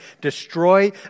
destroy